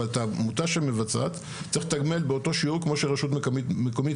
אבל את העמותה שמבצעת צריך לתגמל באותו שיעור כמו שרשות מקומית